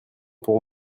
pour